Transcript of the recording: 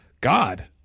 God